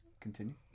Continue